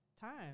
time